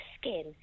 skin